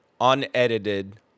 unedited